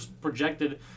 projected